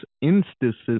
instances